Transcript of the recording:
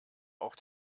auch